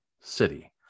city